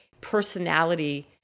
personality